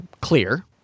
clear